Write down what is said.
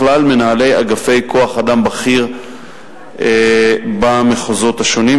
בכלל מנהלי אגפי כוח-אדם בכיר במחוזות השונים,